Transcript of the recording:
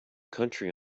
country